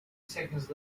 seconds